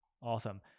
Awesome